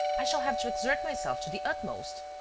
i shall have to exert myself to the utmost.